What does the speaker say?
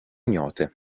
ignote